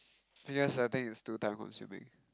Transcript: because I think it's too time-consuming